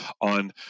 on